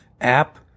app